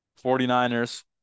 49ers